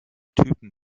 typen